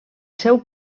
seu